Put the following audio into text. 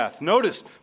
Notice